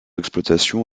exploitation